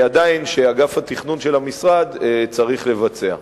שאגף התכנון של המשרד עדיין צריך לבצע.